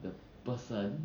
the person